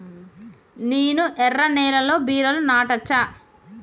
నేను ఎర్ర నేలలో బీరలు నాటచ్చా?